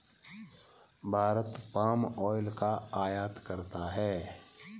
Bharat palm oil का आयात करता है